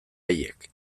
haiek